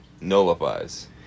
nullifies